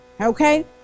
Okay